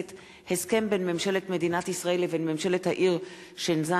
הסכם בין ממשלת מדינת ישראל לבין ממשלת העיר שנזן,